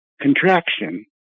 contraction